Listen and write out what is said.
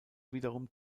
wiederum